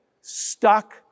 stuck